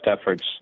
efforts